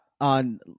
On